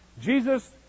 Jesus